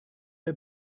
der